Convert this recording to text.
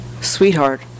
Sweetheart